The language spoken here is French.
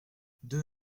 deux